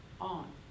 on